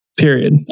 Period